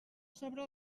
sobre